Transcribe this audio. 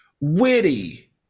witty